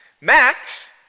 Max